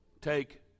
Take